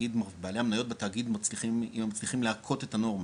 בעלי המניות בתאגיד אם הם מצליחים להכות את הנורמה,